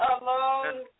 alone